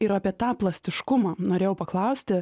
ir apie tą plastiškumą norėjau paklausti